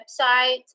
website